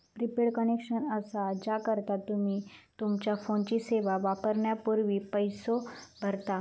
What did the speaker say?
prepaid connection असा हा ज्याकरता तुम्ही तुमच्यो फोनची सेवा वापरण्यापूर्वी पैसो भरता